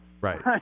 Right